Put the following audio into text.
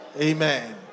Amen